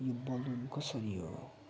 यो बलुन कसरी हो